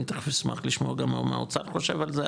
אני תיכף אשמח לשמוע גם מה האוצר חושב על זה,